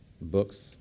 books